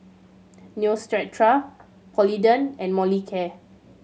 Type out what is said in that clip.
Neostrata Polident and Molicare